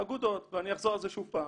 האגודות, ואני אחזור על זה שוב פעם,